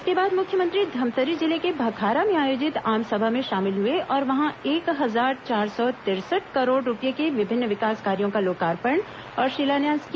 इसके बाद मुख्यमंत्री धमतरी जिले के भखारा में आयोजित आसमभा में शामिल हुए और वहां एक हजार चार सौ तिरसठ करोड़ रूपये के विभिन्न विकास कार्यो का लोकार्पण और शिलान्यास किया